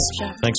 thanks